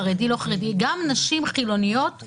החינוך הוא חייב להיות במוסד שבו הוא רשום ובו הוא לומד,